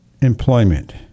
employment